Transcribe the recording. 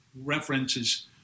references